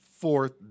fourth